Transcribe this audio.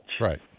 Right